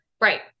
right